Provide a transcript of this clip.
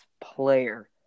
player